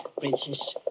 princess